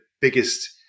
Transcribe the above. biggest